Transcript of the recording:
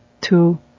two